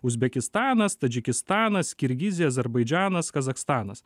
uzbekistanas tadžikistanas kirgizija azerbaidžanas kazachstanas